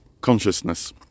consciousness